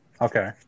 Okay